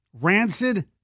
Rancid